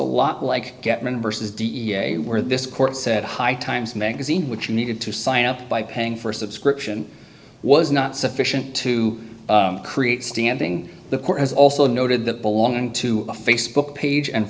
lot like get members d e a where this court said high times magazine which needed to sign up by paying for a subscription was not sufficient to create standing the court has also noted that belonging to a facebook page and